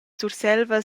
surselva